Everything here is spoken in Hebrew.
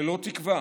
ללא תקווה,